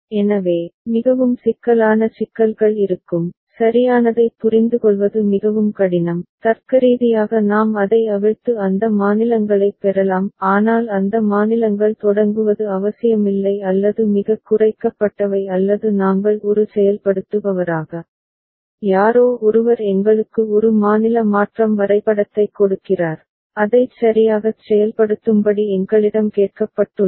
எனவே மிகவும் சிக்கலான சிக்கல்கள் இருக்கும் சரியானதைப் புரிந்துகொள்வது மிகவும் கடினம் தர்க்கரீதியாக நாம் அதை அவிழ்த்து அந்த மாநிலங்களைப் பெறலாம் ஆனால் அந்த மாநிலங்கள் தொடங்குவது அவசியமில்லை அல்லது மிகக் குறைக்கப்பட்டவை அல்லது நாங்கள் ஒரு செயல்படுத்துபவராக யாரோ ஒருவர் எங்களுக்கு ஒரு மாநில மாற்றம் வரைபடத்தைக் கொடுக்கிறார் அதைச் சரியாகச் செயல்படுத்தும்படி எங்களிடம் கேட்கப்பட்டுள்ளது